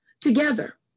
together